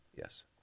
Yes